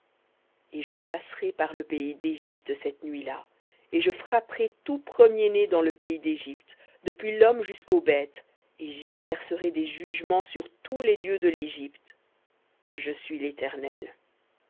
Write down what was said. et je passerai par le pays d'égypte cette nuit-là et je frapperai tout premier-né dans le pays d'égypte depuis l'homme jusqu'aux bêtes et j'exercerai des jugements sur tous les dieux de l'égypte je suis l'éternel